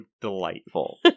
delightful